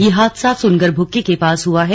ये हादसा सुनगर भुक्की के पास हुआ है